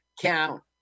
Count